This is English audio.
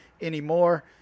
anymore